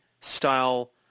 style